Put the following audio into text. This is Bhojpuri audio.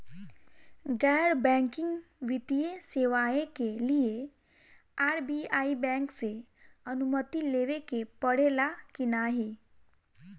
गैर बैंकिंग वित्तीय सेवाएं के लिए आर.बी.आई बैंक से अनुमती लेवे के पड़े ला की नाहीं?